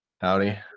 Howdy